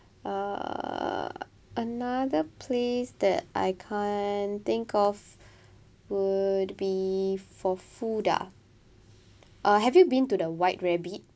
uh another place that I can't think of would be for food ah uh have you been to the white rabbit